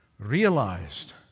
realized